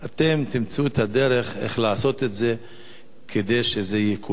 אתם תמצאו את הדרך איך לעשות את זה כדי שזה יקוים.